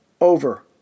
over